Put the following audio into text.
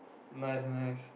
nice nice